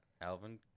Alvin